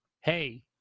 hey